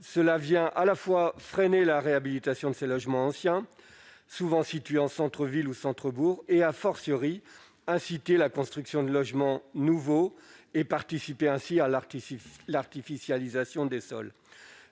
Cela freine à la fois la réhabilitation des logements anciens, souvent situés en centre-ville ou centre-bourg et incite à la construction de logements nouveaux, participant ainsi à l'artificialisation des sols.